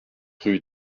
rue